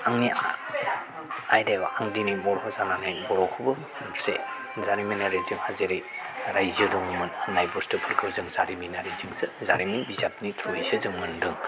आंनि आयदायाव आं दिनै बर' जानानै बर'खौबो मोनसे जारिमिनारि जोंहा जेरै रायजो दंमोन होननाय बुस्तुफोरखौ जों जारिमिनारिजोंसो जारिमिन बिजाबनि थ्रुयैसो जों मोनदों